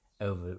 over